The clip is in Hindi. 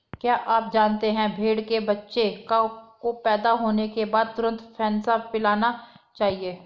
क्या आप जानते है भेड़ के बच्चे को पैदा होने के बाद तुरंत फेनसा पिलाना चाहिए?